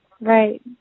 Right